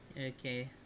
Okay